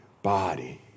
body